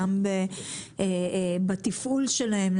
בתפעול שלהם,